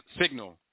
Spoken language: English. signal